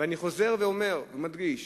אני חוזר ואומר ומדגיש